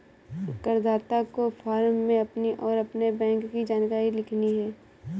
करदाता को फॉर्म में अपनी और अपने बैंक की जानकारी लिखनी है